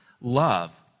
love